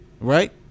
right